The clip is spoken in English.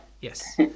yes